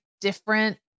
different